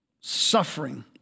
Suffering